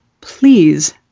Please